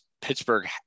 Pittsburgh